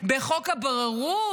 בחוק הבוררות,